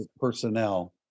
personnel